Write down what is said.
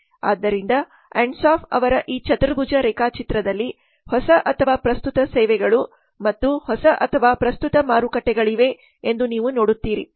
ಆದ್ದರಿಂದ ಅನ್ಸಾಫ್ ಅವರ ಈ ಚತುರ್ಭುಜ ರೇಖಾಚಿತ್ರದಲ್ಲಿ ಹೊಸ ಅಥವಾ ಪ್ರಸ್ತುತ ಸೇವೆಗಳು ಮತ್ತು ಹೊಸ ಅಥವಾ ಪ್ರಸ್ತುತ ಮಾರುಕಟ್ಟೆಗಳಿವೆ ಎಂದು ನೀವು ನೋಡುತ್ತೀರಿ